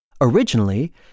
Originally